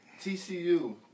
TCU